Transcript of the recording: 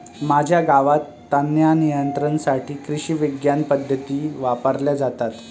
माझ्या गावात तणनियंत्रणासाठी कृषिविज्ञान पद्धती वापरल्या जातात